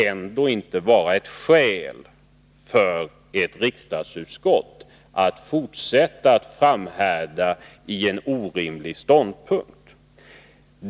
Det kan inte vara ett skäl för ett riksdagsutskott att fortsätta att framhärda i en orimlig ståndpunkt.